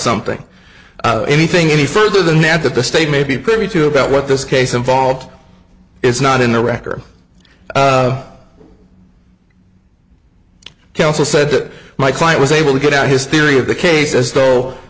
something anything any further than that that the state may be privy to about what this case involved is not in the record kelso said that my client was able to get out his theory of the